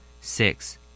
Six